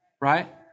right